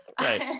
Right